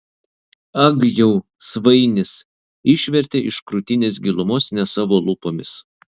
ag jau svainis išvertė iš krūtinės gilumos ne savo lūpomis